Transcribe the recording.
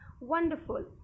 Wonderful